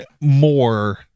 more